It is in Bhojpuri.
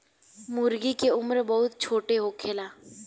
मूर्गी के उम्र बहुत छोट होखेला